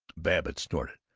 babbitt snorted,